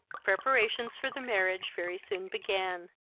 preparations for the marriage very soon began,